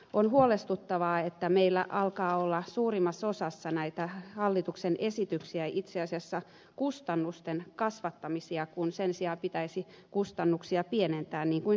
on huolestuttavaa että meillä alkaa olla suurimmassa osassa näitä hallituksen esityksiä itse asiassa kustannusten kasvattamisia kun sen sijaan pitäisi kustannuksia pienentää niin kuin tässäkin esityksessä